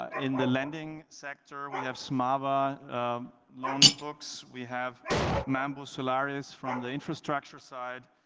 in the lending sector we have smama long books we have mambu solaris from the infrastructure side.